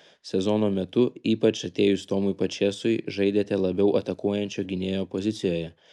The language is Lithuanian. sezono metu ypač atėjus tomui pačėsui žaidėte labiau atakuojančio gynėjo pozicijoje